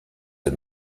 the